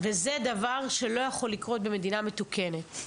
וזה דבר שלא יכול לקרות במדינה מתוקנת.